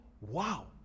Wow